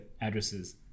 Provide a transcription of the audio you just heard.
addresses